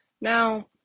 Now